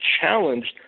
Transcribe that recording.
challenged